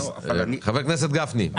חבר הכנסת גפני.